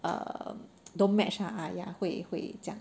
um don't match ah yeah 会会这样